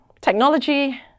technology